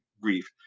grief